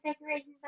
decorations